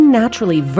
naturally